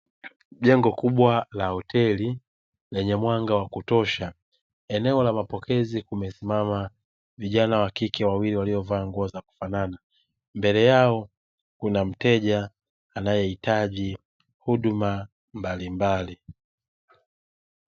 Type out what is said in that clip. Jengo kubwa la hoteli lenye mwanga wa kutosha, eneo la mapokezi kumesimama vijana wa kike wawili waliovaa nguo za kufanana, mbele yao kuna mteja anayehitaji huduma mbalimbali.